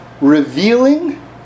revealing